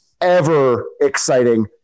ever-exciting